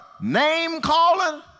name-calling